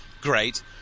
great